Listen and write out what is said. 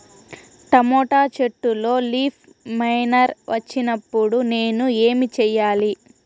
Tomato చెట్టులో leaf miner వచ్చినప్పుడు నేను ఏమి చెయ్యాలి?